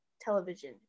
television